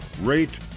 rate